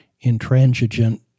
intransigent